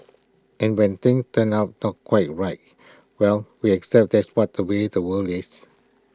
and when things turn out not quite right well we accept that's what the way the world is